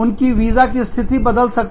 उनकी वीजा की स्थिति बदल सकती है